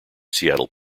seattle